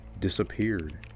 disappeared